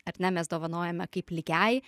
ar ne mes dovanojame kaip lygiai